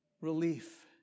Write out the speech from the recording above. Relief